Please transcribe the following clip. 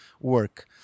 work